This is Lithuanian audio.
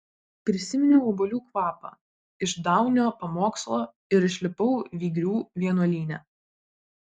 prisiminiau obuolių kvapą iš daunio pamokslo ir išlipau vygrių vienuolyne